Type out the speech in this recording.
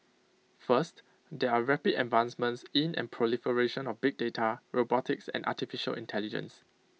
first there are rapid advancements in and proliferation of big data robotics and Artificial Intelligence